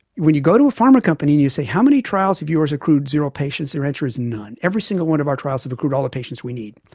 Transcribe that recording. when you go to a pharma company and you say how many trials of yours accrued zero patients, their answer is none. every single one of our trials have accrued all the patients we need.